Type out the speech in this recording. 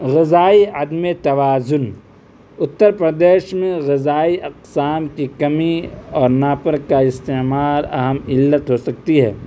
غذائی عدمِ توازن اُتّرپردیش میں غذائی اقسام کی کمی اور ناپر کا استعمال اہم علت ہوسکتی ہے